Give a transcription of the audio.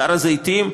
הר הזיתים,